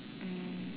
mm